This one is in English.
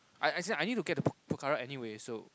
as as in I need to get to Pok~ Pokhara anyway so